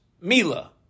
Mila